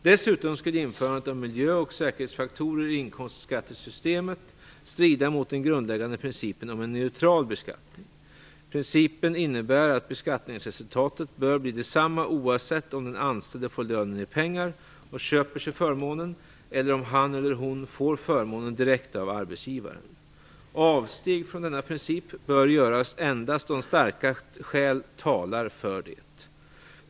Dessutom skulle införandet av miljö och säkerhetsfaktorer i inkomstskattesystemet strida mot den grundläggande principen om en neutral beskattning. Principen innebär att beskattningsresultatet bör bli detsamma oavsett om den anställde får lönen i pengar och köper sig förmånen eller om han eller hon får förmånen direkt av arbetsgivaren. Avsteg från denna princip bör göras endast om starka skäl talar för det.